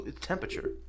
Temperature